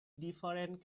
different